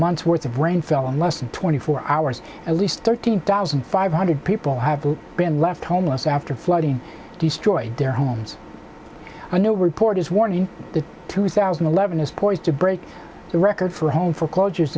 month's worth of rain fell in less than twenty four hours at least thirteen thousand five hundred people have been left homeless after flooding destroyed their homes i know report is warning that two thousand and eleven is poised to break the record for home foreclosures